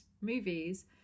movies